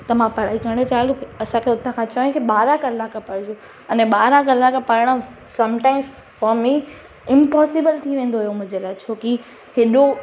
त मां पढ़ाई करणु चालू असांखे हुतां चई की ॿारहां कलाक पढ़जो अने ॿारहां कलाक पढ़णु समटाइम्स फॉर मी इम्पोसिबल थी वेंदो हुयो मुंहिंजे लाइ छोकी हेॾो